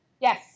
Yes